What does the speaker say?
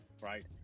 right